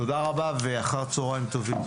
תודה רבה ואחר צוהריים טובים.